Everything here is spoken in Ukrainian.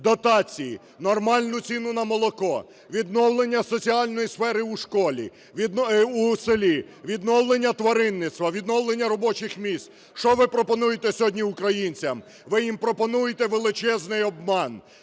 дотації, нормальну ціну на молоко, відновлення соціальної сфери у школі... у селі, відновлення тваринництва, відновлення робочих місць, що ви пропонуєте сьогодні українцям? Ви їм пропонуєте величезний обман.